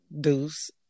deuce